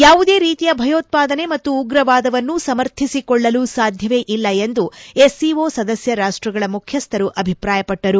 ಯಾವುದೇ ರೀತಿಯ ಭಯೋತ್ವಾದನೆ ಮತ್ತು ಉಗ್ರವಾದವನ್ನು ಸಮರ್ಥಿಸಿಕೊಳ್ಳಲು ಸಾಧ್ಯವೇ ಇಲ್ಲ ಎಂದು ಎಸ್ಸಿಓ ಸದಸ್ಯ ರಾಷ್ಟಗಳ ಮುಖ್ಯಸ್ವರು ಅಭಿಪ್ರಾಯಪಟ್ಟರು